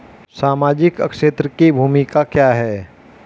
सामाजिक क्षेत्र की भूमिका क्या है?